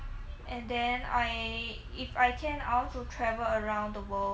and then I if I can I want to travel around the world